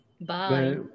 Bye